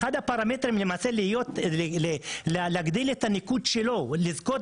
אחד הפרמטרים שלו להגדיל את הניקוד שלו ולזכות